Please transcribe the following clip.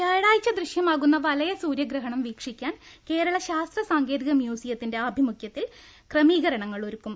വ്യാഴാഴ്ച ദൃശ്യമാകുന്ന വലയ സൂര്യഗ്രഹണം വീക്ഷിക്കാൻ കേരള ശാസ്ത്ര സാങ്കേതിക മ്യൂസിയത്തിന്റെ ആഭിമുഖ്യത്തിൽ ക്രമീകരണങ്ങൾ ഒരുക്കും